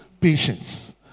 patience